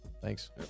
Thanks